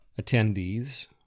attendees